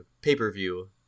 pay-per-view